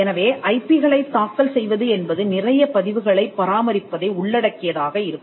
எனவே ஐபி களைத் தாக்கல் செய்வது என்பது நிறைய பதிவுகளைப் பராமரிப்பதை உள்ளடக்கியதாக இருக்கும்